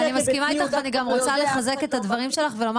אני מסכימה איתך ואני גם רוצה לחזק את הדברים שלך ולומר